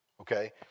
okay